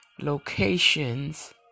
locations